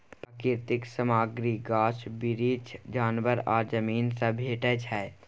प्राकृतिक सामग्री गाछ बिरीछ, जानबर आ जमीन सँ भेटै छै